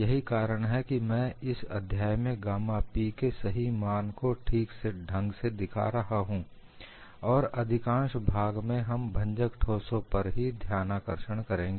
यही कारण है कि मैं इस अध्याय में गामा 'P' के सही मान को ठीक ढंग से दिखा रहा हूं और अधिकांश भाग में हम भंजक ठोसों पर ही ध्यानाकर्षण करेंगे